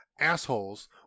assholes